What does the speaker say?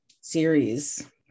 series